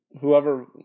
whoever